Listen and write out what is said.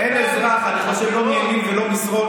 כל עוד המשפט תלוי ועומד,